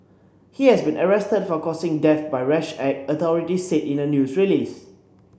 he has been arrested for causing death by rash act authorities said in a news release